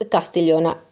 Castiglione